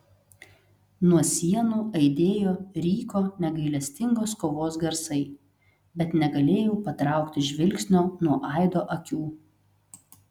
nuo sienų aidėjo ryko negailestingos kovos garsai bet negalėjau patraukti žvilgsnio nuo aido akių